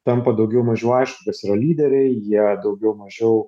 tampa daugiau mažiau aišku kas yra lyderiai jie daugiau mažiau